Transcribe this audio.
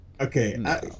okay